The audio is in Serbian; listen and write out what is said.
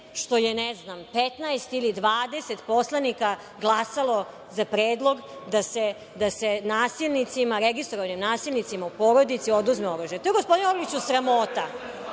što je ne znam 15 ili 20 poslanika glasalo za predlog da se nasilnicima, registrovanim nasilnicima u porodici oduzme oružje. To je gospodine Orliću sramota.